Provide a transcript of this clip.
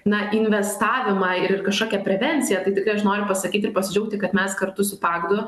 na investavimą ir kažkokią prevenciją tai tikrai aš noriu pasakyti ir pasidžiaugti kad mes kartu su pagdu